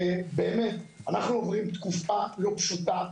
באמת, אנחנו עוברים תקופה לא פשוטה.